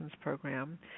program